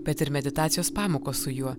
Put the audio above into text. bet ir meditacijos pamokos su juo